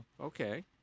Okay